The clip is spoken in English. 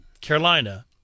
Carolina